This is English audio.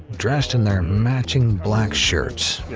dressed in their matching black shirts, you